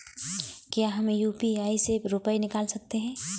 क्या हम यू.पी.आई से रुपये निकाल सकते हैं?